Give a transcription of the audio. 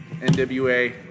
NWA